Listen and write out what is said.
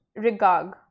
Rigog